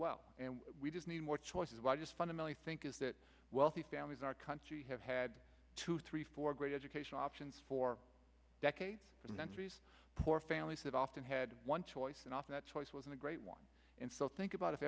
well and we just need more choices i just fundamentally think is that wealthy families in our country have had two three four great education options for decades poor families that often had one choice and often that choice wasn't a great one and so think about i